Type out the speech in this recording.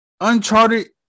Uncharted